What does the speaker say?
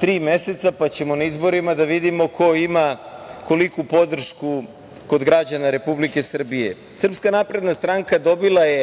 tri meseca, pa ćemo na izborima da vidimo ko ima koliku podršku kod građana Republike Srbije? Srpska napredna stranka dobila je